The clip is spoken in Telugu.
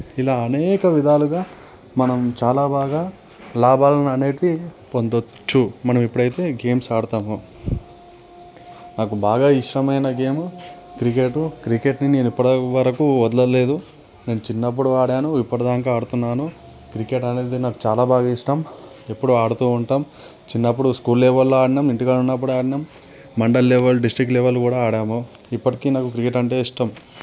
ఇలా అనేక విధాలుగా మనం చాలా బాగా లాభాలను అనేవి పొంద వచ్చు మనం ఎప్పుడు అయితే గేమ్స్ ఆడుతామో నాకు బాగా ఇష్టమైన గేమ్ క్రికెట్ క్రికెట్ని నేను ఇప్పటి వరకు వదలలేదు నేను చిన్నప్పుడు ఆడాను ఇప్పటిదాకా ఆడుతున్నాను క్రికెట్ అనేది నాకు చాలా బాగా ఇష్టం ఎప్పుడు ఆడుతూ ఉంటాం చిన్నప్పుడు స్కూల్ లెవెల్లో ఆడాము ఇంటికాడ ఉన్నప్పుడు ఆడాము మండల్ లెవెల్ డిస్ట్రిక్ట్ లెవెల్ కూడా ఆడాము ఇప్పటికీ నాకు క్రికెట్ అంటే ఇష్టం